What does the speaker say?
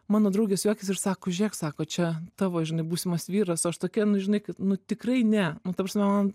mano draugės juokiasi ir sako žiūrėk sako čia tavo žinai būsimas vyras aš tokia nu žinokit nu tikrai ne nu ta prasme man